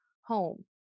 home